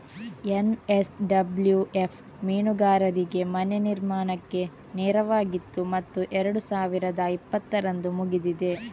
NSWF ಮೀನುಗಾರರಿಗೆ ಮನೆ ನಿರ್ಮಾಣಕ್ಕೆ ನೆರವಾಗಿತ್ತು ಮತ್ತು ಎರಡು ಸಾವಿರದ ಇಪ್ಪತ್ತರಂದು ಮುಗಿದಿದೆ